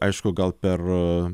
aišku gal per